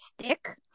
stick